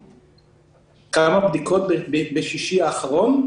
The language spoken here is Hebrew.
כמה בדיקות נערכו בשישי האחרון?